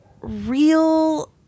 real